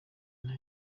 nta